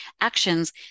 actions